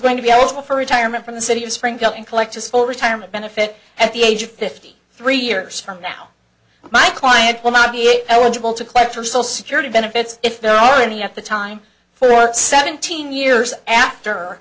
going to be eligible for retirement from the city of sprinkling collect his full retirement benefit at the age of fifty three years from now my client will not be eligible to collector so security benefits if there are any at the time for seventeen years after